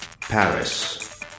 Paris